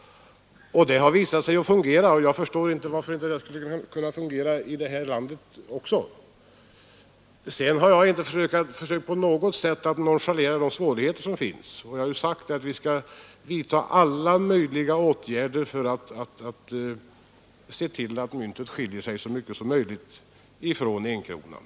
Det har visat sig fungera, och jag förstår inte varför det inte skulle fungera i det här landet också. Vidare har jag inte på något sätt försökt att nonchalera de svårigheter som här kan möta. Jag har sagt att vi skall vidta alla tänkbara åtgärder för att se till att myntet så mycket som möjligt skiljer sig från enkronan.